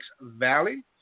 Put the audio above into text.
Valley